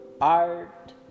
art